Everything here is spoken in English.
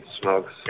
smokes